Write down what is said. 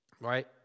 right